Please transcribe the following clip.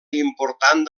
important